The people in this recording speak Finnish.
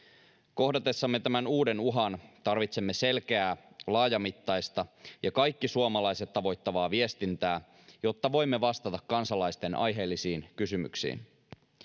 kohdatessamme tämän uuden uhan tarvitsemme selkeää laajamittaista ja kaikki suomalaiset tavoittavaa viestintää jotta voimme vastata kansalaisten aiheellisiin kysymyksiin